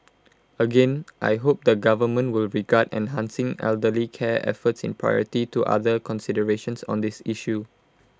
again I hope the government will regard enhancing elderly care efforts in priority to other considerations on this issue